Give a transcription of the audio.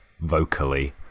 vocally